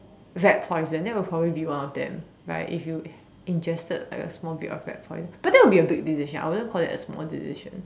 rat poison that would probably be one of them right if you ingested like a small bit of rat poison but that would be a big decision I won't call that a small decision